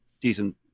decent